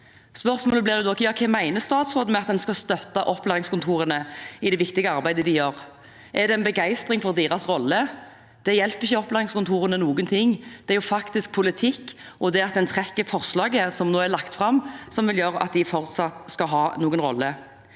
Hva mener statsråden med at en skal støtte opplæringskontorene i det viktige arbeidet de gjør? Er det en begeistring for deres rolle? Det hjelper ikke opplæringskontorene noen ting. Det er faktisk politikk og det at en trekker forslaget som nå er lagt fram, som vil gjøre at de fortsatt kan ha noen rolle.